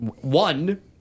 One